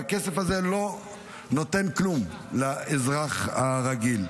והכסף הזה לא נותן כלום לאזרח הרגיל.